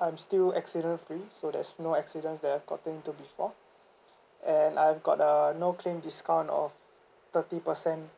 I'm still accident free so there's no accidents that I've gotten to before and I've got uh no claim discount of thirty percent